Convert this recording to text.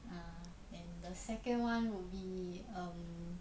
uh and the second one would be um